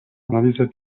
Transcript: analizę